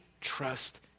trust